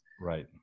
Right